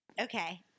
okay